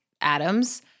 atoms